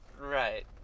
Right